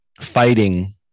fighting